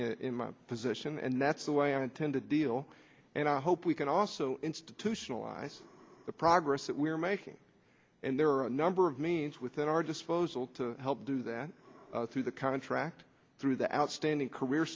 in my position and that's the way i intend to deal and i hope we can also institutionalize the progress that we are making and there are a number of means within our disposal to help do that through the contract through the outstanding career